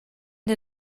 der